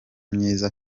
myiza